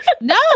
no